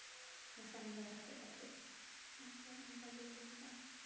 ᱜᱷᱟᱥᱟᱣ ᱢᱟᱡᱟ ᱵᱟᱲᱟ ᱠᱟᱛᱮ ᱛᱟᱨᱯᱚᱨᱮ ᱟᱨᱞᱮ ᱚᱱᱠᱟ ᱜᱮᱞᱮ ᱫᱚᱦᱚ ᱠᱟᱜᱼᱟ